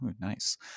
Nice